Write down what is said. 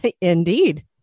Indeed